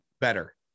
better